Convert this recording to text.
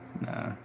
Nah